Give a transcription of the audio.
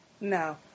No